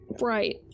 Right